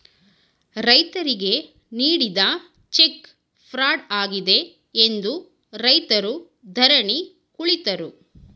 ರೈತರಿಗೆ ನೀಡಿದ check fraud ಆಗಿದೆ ಎಂದು ರೈತರು ಧರಣಿ ಕುಳಿತರು